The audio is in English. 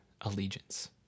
allegiance